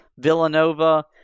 villanova